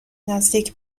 نزدیک